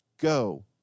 go